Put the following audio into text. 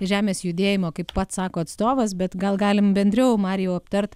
žemės judėjimo kaip pats sako atstovas bet gal galim bendriau marijau aptart